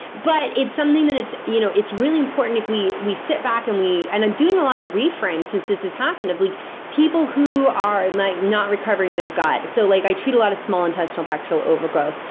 but it's something that it's you know it's really important if we we sit back and we. and i'm doing a lot of reframe, since this has happened, of like people who are and not recovering their gut. so like i treat a lot of small intestinal bacterial overgrowth.